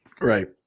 Right